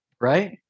right